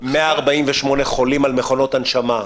148 חולים על מכונות הנשימה.